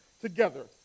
together